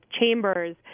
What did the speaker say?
chambers